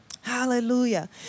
Hallelujah